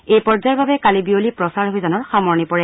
এই পৰ্যায়ৰ বাবে কালি বিয়লি প্ৰচাৰ অভিযানৰ সামৰণি পৰে